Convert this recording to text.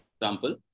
example